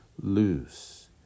loose